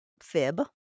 fib